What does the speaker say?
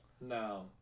No